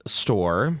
store